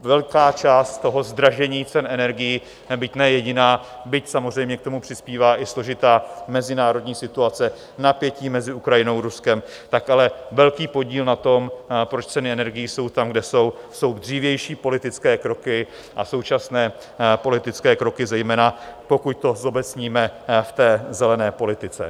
Velká část toho zdražení cen energií, byť ne jediná, byť samozřejmě k tomu přispívá i složitá mezinárodní situace, napětí mezi Ukrajinou a Ruskem, tak ale velký podíl na tom, proč ceny energií jsou tam, kde jsou, jsou dřívější politické kroky a současné politické kroky, pokud to zobecníme, zejména v té zelené politice.